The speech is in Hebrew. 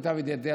למיטב ידיעתי,